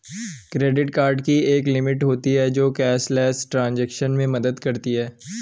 credit card की एक limit होती है जो कैशलेस ट्रांज़ैक्शन में मदद करती है